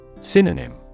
Synonym